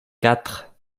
quatre